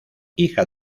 hija